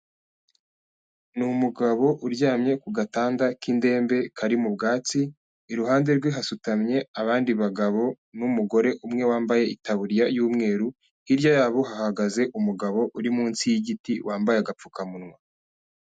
Ni umugabo uryamye ku gatanda k'indembe kari mu bwatsi, iruhande rwe hasutamye abandi bagabo n'umugore umwe wambaye itaburiya y'umweru, hirya yabo hahagaze umugabo uri munsi y'igiti wambaye agapfukamunwa.